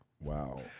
Wow